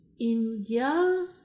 India